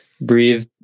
breathe